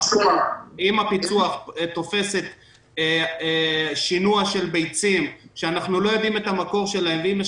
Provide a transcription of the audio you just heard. אם הפיצוח תופס שינוע של ביצים שאנחנו לא יודעים את המקור שלהן ואם יש